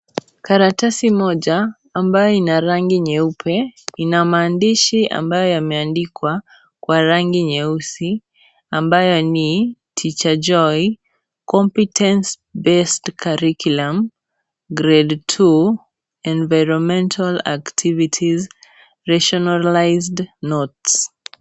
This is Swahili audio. Karatasi moja ambayo ina rangi nyeupe ina maandishi ambayo yameandikwa kwa rangi nyeusi ambayo ni " Teacher Joy, Competence Based Curriculum, Grade two, Environmental activity rationalised notes ".